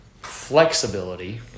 flexibility